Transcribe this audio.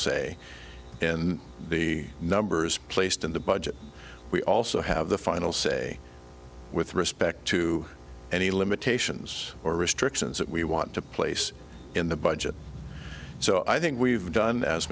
say in the numbers placed in the budget we also have the final say with respect to any limitations or restrictions that we want to place in the budget so i think we've done as